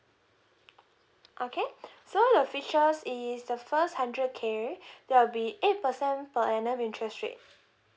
okay so the features is the first hundred K there will be eight percent per annum interest rate